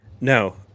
No